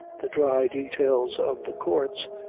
the dry details of the courts,